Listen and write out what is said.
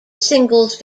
singles